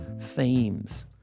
themes